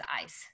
eyes